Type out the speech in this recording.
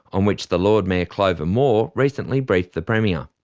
on which the lord mayor clover moore recently briefed the premier.